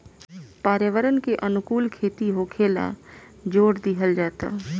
पर्यावरण के अनुकूल खेती होखेल जोर दिहल जाता